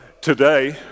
today